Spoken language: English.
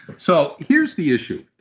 so here's the issue,